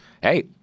hey